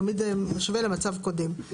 תמיד משווה למצב קודם.